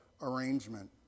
arrangement